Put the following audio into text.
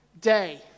day